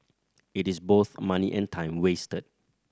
it is both money and time wasted